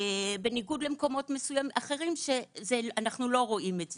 בניגוד למקומות אחרים שאנחנו לא רואים את זה.